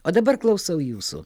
o dabar klausau jūsų